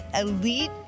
Elite